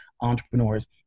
entrepreneurs